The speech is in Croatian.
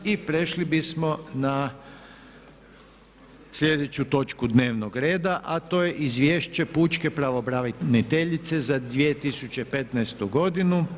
i prešli bismo na slijedeću točku dnevnog reda, a to je: - Izvješće pučke pravobraniteljice za 2015. godinu.